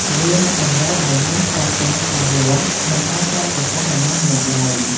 វាមិនតម្រូវឱ្យមានភស្តុតាងច្បាស់លាស់ក្នុងការចោទប្រកាន់នរណាម្នាក់ឡើយ។